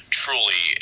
truly